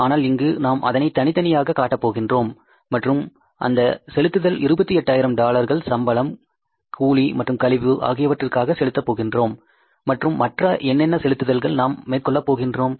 ஆனால் இங்கு நாம் அதனை தனித்தனியாக காட்ட போகின்றோம் மற்றும் அந்த செலுத்துதல் 28000 டாலர்கள் சம்பளம் கூலி மற்றும் கழிவு ஆகியவற்றுக்காக செலுத்துகின்றோம் மற்றும் மற்ற என்னென்ன செலுத்துதல்கள் நாம் மேற்கொள்ள போகின்றோம்